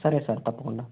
సరే సార్ తప్పకుండా